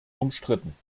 umstritten